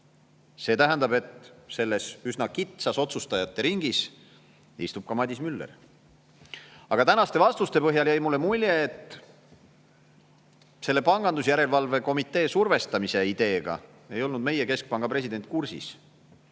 See tähendab, et selles üsna kitsas otsustajate ringis istub ka Madis Müller. Aga tänaste vastuste põhjal jäi mulle mulje, et selle pangandusjärelevalve komitee survestamise ideega ei olnud meie keskpanga president kursis.